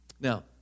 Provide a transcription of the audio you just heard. Now